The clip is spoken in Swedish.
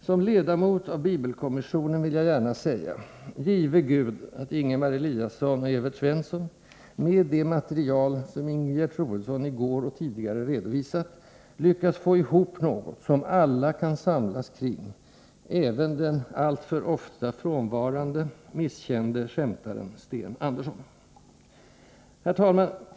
Som ledamot av bibelkommissionen vill jag gärna säga: Give Gud att Ingemar Eliasson och Evert Svensson — med det material som Ingegerd Troedsson i går och tidigare redovisat — lyckas få ihop något, som alla kan samlas kring, även den alltför ofta frånvarande, misskände skämtaren Sten Andersson. Herr talman!